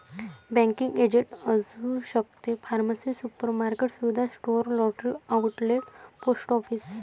banking agent असू शकते pharmacy supermarket सुविधा store lottery outlet post office